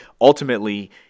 ultimately